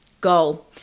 goal